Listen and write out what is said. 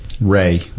Ray